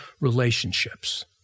relationships